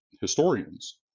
historians